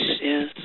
yes